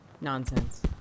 nonsense